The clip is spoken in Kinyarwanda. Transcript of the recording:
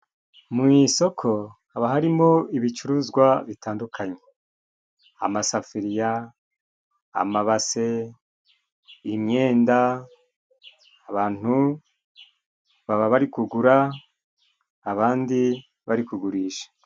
Mu isoko haba harimo ibicuruzwa bitandukanye:amasafiriya, amabase, imyenda, abantu baba bari kugura abandi bari kugurisha.